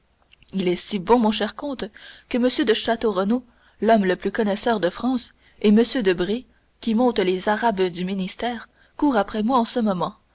il est si bon mon cher comte que m de château renaud l'homme le plus connaisseur de france et m debray qui monte les arabes du ministère courent après moi en ce moment